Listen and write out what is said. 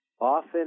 Often